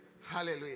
Hallelujah